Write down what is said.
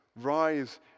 rise